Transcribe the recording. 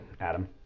Adam